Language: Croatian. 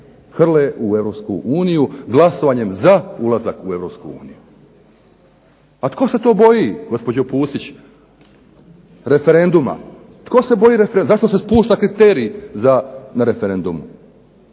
uniju glasovanjem za ulazak u Europsku uniju. A tko se to boji gospođo Pusić referenduma? Tko se boji referenduma? Zašto se spušta kriterij na referendum?